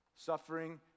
suffering